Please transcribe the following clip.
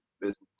business